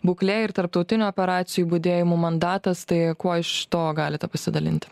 būklė ir tarptautinių operacijų budėjimų mandatas tai kuo iš to galite pasidalinti